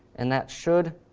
and that should